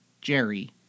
Jerry